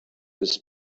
this